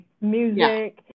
music